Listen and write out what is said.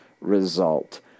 result